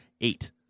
eight